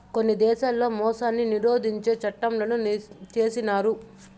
కొన్ని దేశాల్లో మోసాన్ని నిరోధించే చట్టంలను చేసినారు